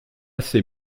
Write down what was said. ces